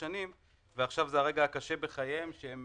שנים ועכשיו זה הרגע הקשה בחייהם והם